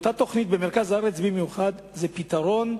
אותה תוכנית, במרכז הארץ במיוחד, היא פתרון,